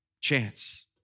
chance